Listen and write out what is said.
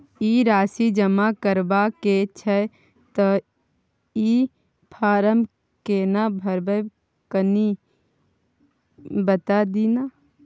ई राशि जमा करबा के छै त ई फारम केना भरबै, कनी बता दिय न?